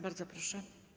Bardzo proszę.